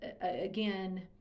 again